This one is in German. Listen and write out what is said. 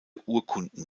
urkunden